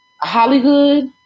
Hollywood